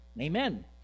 Amen